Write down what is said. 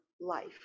life